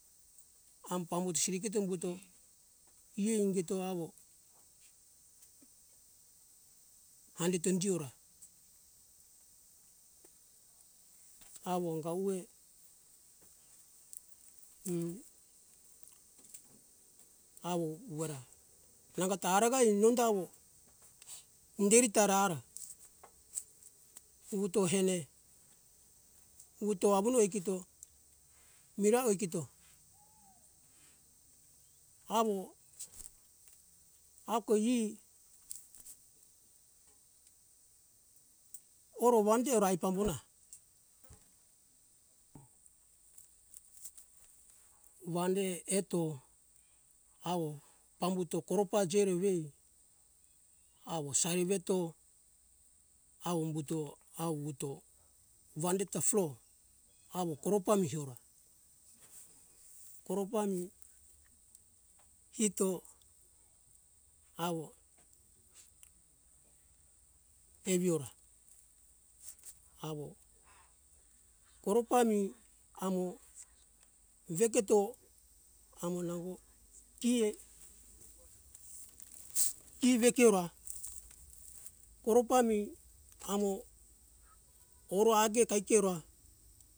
Ham bambut siriketo umbuto ie ingito awo andito indiora awo anga uwe m awo uwera nangota aragai nonda awo inderi tara ara wuwuto hene wuwuto awune ai kito mirawo kito awo auko e oro wandeo ai pambuna wande eto awo pambuto koropa jero vei awo sari veto hawo umbuto awuwuto vande ta flo awo koropa mihora koropa mi hito awo evi ora awo koropami amo vegeto amo nango kiei ki vekiura koropa mi amo oro age kaike ora